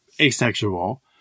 asexual